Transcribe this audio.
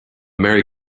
merry